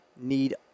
need